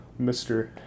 Mr